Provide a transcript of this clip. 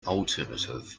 alternative